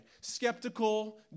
skeptical